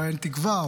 אין תקווה,